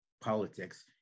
politics